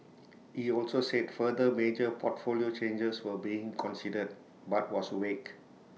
he also said further major portfolio changes were being considered but was vague